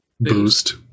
Boost